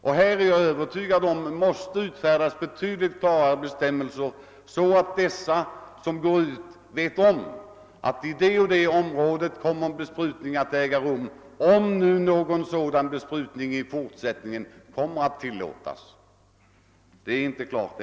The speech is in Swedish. Jag anser bestämt att det måste utfärdas betydligt klarare bestämmelser, så att den som går ut i naturen får kännedom om i vilka områden besprutning kommer att äga rum — om någon besprutning i fortsättningen kommer att tillåtas, vilket ännu inte är klart.